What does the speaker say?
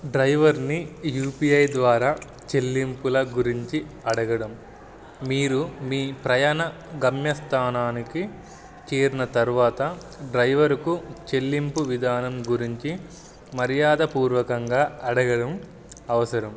డ్రైవర్ని U P I ద్వారా చెల్లింపుల గురించి అడగడం మీరు మీ ప్రయాణ గమ్యస్థానానికి చేరిన తర్వాత డ్రైవర్కు చెల్లింపు విధానం గురించి మర్యాదపూర్వకంగా అడగడం అవసరం